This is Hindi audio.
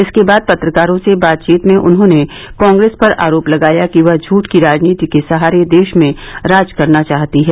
इसके बाद पत्रकारों से बातचीत में उन्होंने कांग्रेस पर आरोप लगाया कि वह झूठ की राजनीति के सहारे देश में राज करना चाहती है